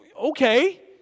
Okay